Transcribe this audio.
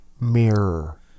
Mirror